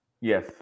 yes